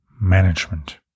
management